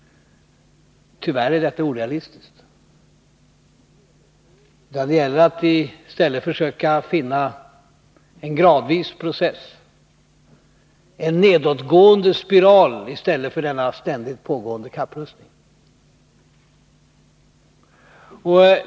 Tyvärr är detta orealistiskt. Det gäller att vi i stället försöker finna en process som går gradvis, en nedåtgående spiral i stället för denna ständigt pågående kapprustning.